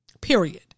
period